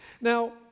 now